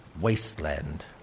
wasteland